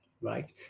right